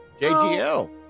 jgl